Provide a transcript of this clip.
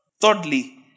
Thirdly